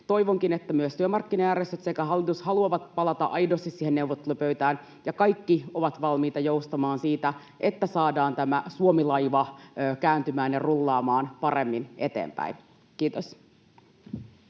Toivonkin, että myös työmarkkinajärjestöt sekä hallitus haluavat aidosti palata neuvottelupöytään ja kaikki ovat valmiita joustamaan, että saadaan tämä Suomi-laiva kääntymään ja rullaamaan paremmin eteenpäin. — Kiitos.